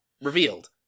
revealed